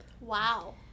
Wow